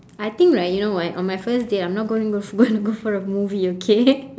I think right you know what on my first date I'm not going to go going to for a movie okay